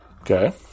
Okay